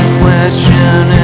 question